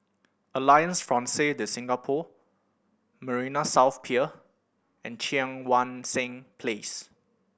Alliance Francaise De Singapour Marina South Pier and Cheang Wan Seng Place